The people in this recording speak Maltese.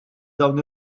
dawn